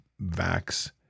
vax